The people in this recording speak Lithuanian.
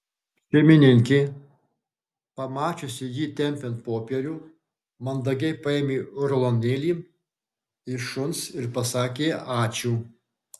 šeimininkė pamačiusi jį tempiant popierių mandagiai paėmė rulonėlį iš šuns ir pasakė ačiū